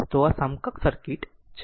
તો આ સમકક્ષ સર્કિટ છે